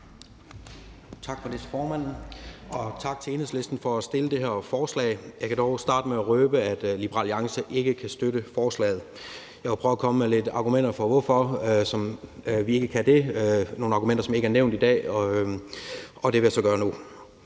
Tak for det til formanden. Og tak til Enhedslisten for at fremsætte det her forslag. Jeg kan dog starte med at røbe, at Liberal Alliance ikke kan støtte forslaget. Jeg vil prøve at komme med lidt argumenter for, hvorfor vi ikke kan det. Det er nogle argumenter, som ikke er blevet nævnt i dag, og det vil jeg så gøre nu.